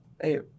hey